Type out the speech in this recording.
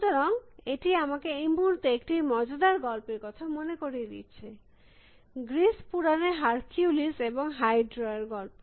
সুতরাং এটি আমাকে এই মুহূর্তে একটি মজাদার গল্পের কথা মনে করিয়ে দিচ্ছে গ্রীস পুরাণের হারকিউলিস এবং হাইড্রা র গল্প